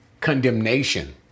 condemnation